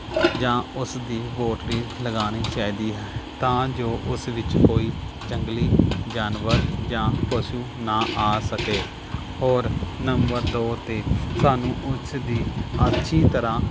ਜਾਂ ਉਸ ਦੀ ਬੋਟੜੀ ਲਗਾਉਣੀ ਚਾਹੀਦੀ ਹੈ ਤਾਂ ਜੋ ਉਸ ਵਿੱਚ ਕੋਈ ਜੰਗਲੀ ਜਾਨਵਰ ਜਾਂ ਪਸ਼ੂ ਨਾ ਆ ਸਕੇ ਔਰ ਨੰਬਰ ਦੋ 'ਤੇ ਸਾਨੂੰ ਉਸ ਦੀ ਅੱਛੀ ਤਰ੍ਹਾਂ